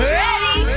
ready